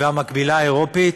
והמקבילה האירופית,